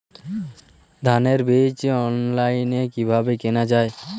ধানের বীজ অনলাইনে কিভাবে কেনা যায়?